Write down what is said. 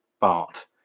Bart